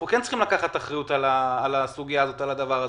אנחנו כן צריכים לקחת אחריות על הדבר הזה,